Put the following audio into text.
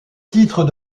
titre